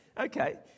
Okay